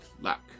luck